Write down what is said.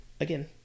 again